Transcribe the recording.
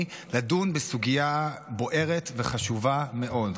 לדון בסוגיה בוערת וחשובה מאוד,